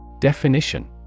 Definition